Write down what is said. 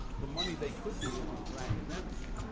for money they could be using for academics.